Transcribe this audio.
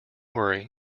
worry